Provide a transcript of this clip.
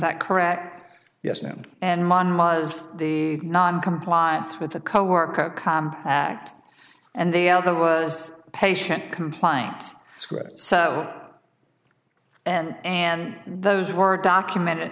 that correct yes ma'am and mine was the noncompliance with the coworker comp act and the other was a patient compliance script so and and those were documented